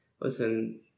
listen